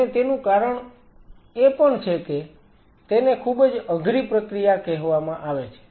અને તેનું એક કારણ એ પણ છે કે તેને ખૂબ જ અઘરી પ્રક્રિયા કહેવામાં આવે છે